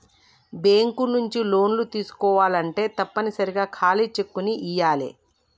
bank నుంచి లోన్లు తీసుకోవాలంటే తప్పనిసరిగా ఖాళీ చెక్కుని ఇయ్యాలే